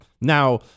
now